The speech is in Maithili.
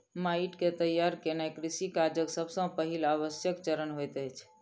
माइट के तैयार केनाई कृषि काजक सब सॅ पहिल आवश्यक चरण होइत अछि